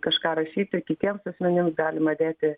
kažką rašyti kitiems asmenims galima dėti